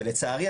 ולצערי,